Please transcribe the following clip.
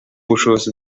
bushobozi